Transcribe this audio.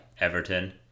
Everton